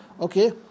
Okay